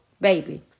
baby